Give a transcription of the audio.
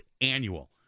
annual